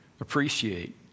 appreciate